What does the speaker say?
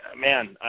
Man